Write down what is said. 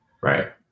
right